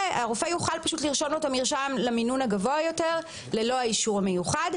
יוכל פשוט לרשום לו את המרשם למינון הגבוה יותר ללא האישור המיוחד,